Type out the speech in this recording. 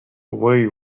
away